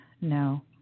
No